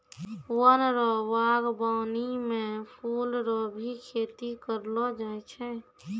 वन रो वागबानी मे फूल रो भी खेती करलो जाय छै